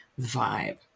vibe